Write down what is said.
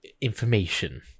information